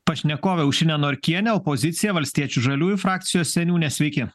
pašnekovę aušrinę norkienę opozicija valstiečių žaliųjų frakcijos seniūnė sveiki